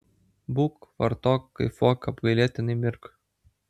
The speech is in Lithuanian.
būk vartok kaifuok apgailėtinai mirk